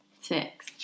six